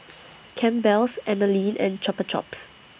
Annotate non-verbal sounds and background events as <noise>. <noise> Campbell's Anlene and Chupa Chups